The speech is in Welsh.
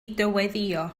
dyweddïo